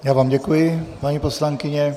Já vám děkuji, paní poslankyně.